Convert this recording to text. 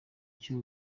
cyo